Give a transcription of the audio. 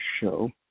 show